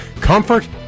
comfort